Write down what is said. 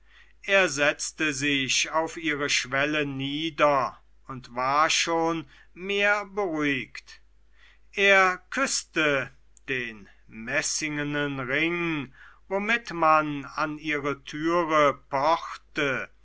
er setzte sich auf ihre schwelle nieder und war schon mehr beruhigt er küßte den messingenen ring womit man an ihre türe pochte